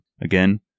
Again